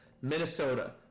Minnesota